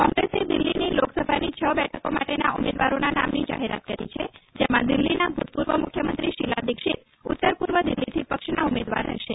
કોંગ્રેસે દિલ્હીની લોકસભાની છ બેઠકો માટેના ઉમેદવારોના નામની જાહેરાત કરી છે જેમાં દિલ્હીના ભૂતપૂર્વ મુખ્યમંત્રી શિલા દિક્ષિત ઉત્તરપૂર્વ દિલ્હીથી પક્ષના ઉમેદવાર રહેશે